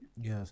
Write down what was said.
Yes